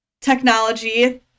technology